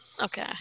Okay